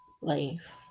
life